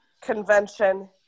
convention